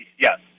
Yes